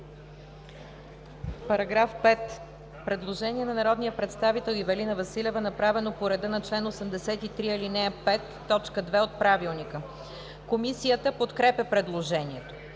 По § 5 има предложение на народния представител Ивелина Василева, направено по реда на чл. 83, ал. 5, т. 2 от Правилника. Комисията подкрепя предложението.